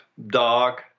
dog